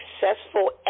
successful